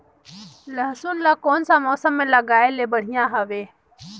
लसुन ला कोन सा मौसम मां लगाय ले बढ़िया हवे?